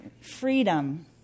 freedom